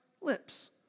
lips